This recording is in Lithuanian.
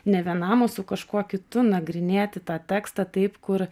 ne vienam o su kažkuo kitu nagrinėti tą tekstą taip kur